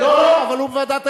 אבל הואיל ובשלב זה אני אחראי,